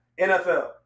NFL